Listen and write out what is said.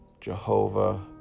Jehovah